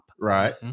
Right